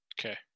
Okay